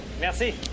Merci